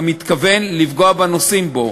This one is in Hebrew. אתה מתכוון לפגוע בנוסעים בו.